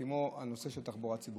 כמו הנושא של תחבורה ציבורית.